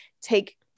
take